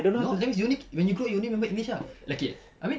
no that means you need when you grow you only remember english ah okay I mean